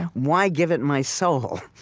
why give it my soul?